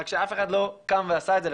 רק שאף אחד לא קם ועשה את זה,